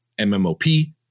MMOP